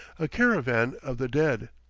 a caravan of the dead.